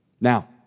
Now